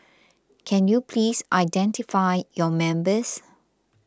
can you please identify your members